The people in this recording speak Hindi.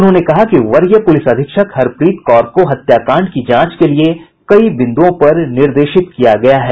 उन्होंने कहा कि वरीय पुलिस अधीक्षक हरप्रीत कौर को हत्या कांड की जांच के लिये कई बिंद्रओं पर निर्देशित किया गया है